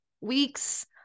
weeks